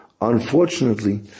Unfortunately